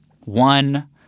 One